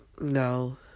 No